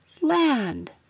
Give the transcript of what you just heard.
Land